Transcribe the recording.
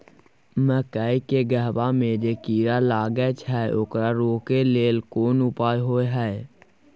मकई के गबहा में जे कीरा लागय छै ओकरा रोके लेल कोन उपाय होय है?